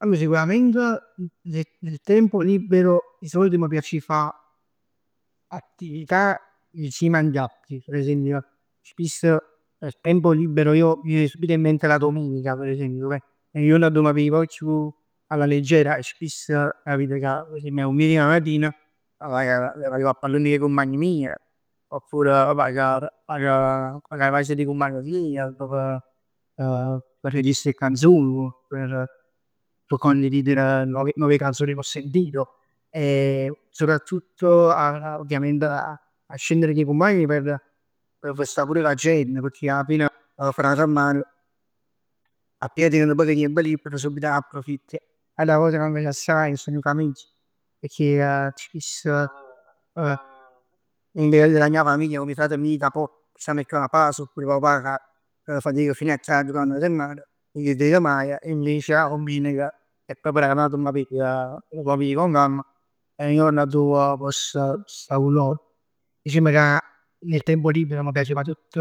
Allor sicurament, ne- nel tempo libero, di solito mi piac 'e fa attività insieme agli altri. Per esempio spisso nel tempo libero, mi viene subito in mente la domenica, per esempio, dove è nu juorn arò m' piglio nu poc 'e chiù alla leggera. Spiss capita ca 'a dumeneca matin vag a jucà a pallon cu 'e cumpagn mij. Oppure vag vag 'a cas d' 'e cumpagn mij p' registrà 'e canzon. P' condividere nu poc nuove canzoni che ho sentito. Soprattutto ovviamente 'a 'a scenner cu 'e cumpagn per per sta pur cu 'a gent, pecchè alla fine tenenn 'a casa al mare, appena tien nu poc 'e tiemp libero subito t' liberi. N'ata cosa ca m' piace assaje è 'a sta in famiglia, pecchè spiss con la mia famiglia, cu 'e cumpagn mij ca pò sta pur papà, so pur 'e papà ca fatic fin 'e tardi, ij nun 'e veg maje. E invece 'a dummeneca è proprio 'na jurnat ca m' piglio con calma, è nu juorn arò m' poss sta cu loro. Dicimm ca nel tempo libero m' piace 'e fa tutt,